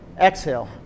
Exhale